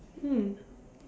mm